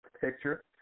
picture